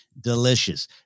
Delicious